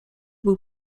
był